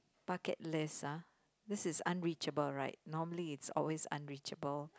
bucket list ah this is unreachable right normally it's always unreachable